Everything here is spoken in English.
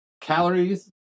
Calories